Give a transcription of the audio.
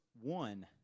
one